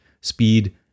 speed